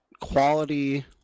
quality